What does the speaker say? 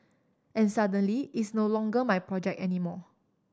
and suddenly it's no longer my project anymore